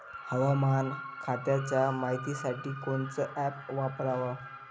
हवामान खात्याच्या मायतीसाठी कोनचं ॲप वापराव?